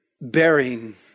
bearing